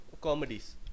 comedies